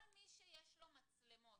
כל מי שיש לו מצלמות